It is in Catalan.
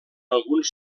alguns